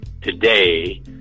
today